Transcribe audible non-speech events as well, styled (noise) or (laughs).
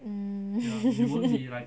mm (laughs)